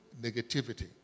negativity